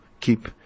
keep